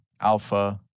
Alpha